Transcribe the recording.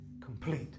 Complete